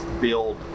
build